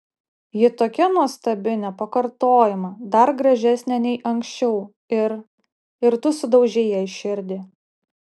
ji tokia nuostabi nepakartojama dar gražesnė nei anksčiau ir ir tu sudaužei jai širdį